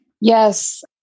Yes